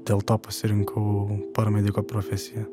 dėl to pasirinkau paramediko profesiją